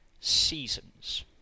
seasons